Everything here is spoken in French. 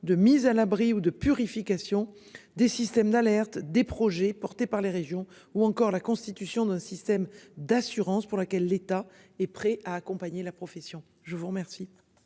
de mise à l'abri ou de purification des systèmes d'alerte des projets portés par les régions ou encore la constitution d'un système d'assurance pour laquelle l'État est prêt à accompagner la profession je vous remercie.